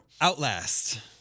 Outlast